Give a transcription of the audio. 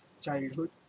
Childhood